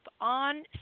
on